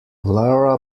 laura